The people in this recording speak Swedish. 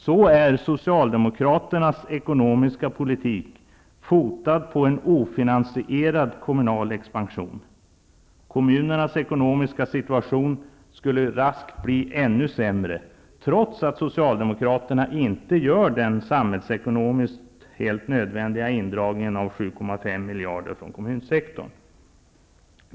Så är Socialdemokraternas ekonomiska politik baserad på en ofinansierad kommunal expansion. Kommunernas ekonomiska situation skulle raskt bli ännu sämre, trots att Socialdemokraterna inte gör den samhällsekonomiskt helt nödvändiga indragningen av 7,5 miljarder från kommunsektorn.